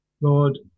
Lord